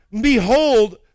behold